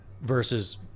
versus